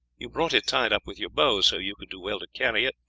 you brought it tied up with your bow, so you would do well to carry it,